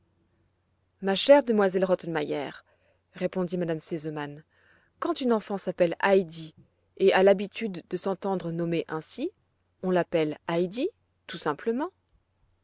ma chère demoiselle rottenmeier répondit m me sesemann quand une enfant s'appelle heidi et a l'habitude de s'entendre nommer ainsi on l'appelle heidi tout simplement